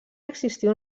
existir